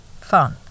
fun